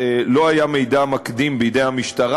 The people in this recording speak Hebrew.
לא היה מידע מקדים בידי המשטרה,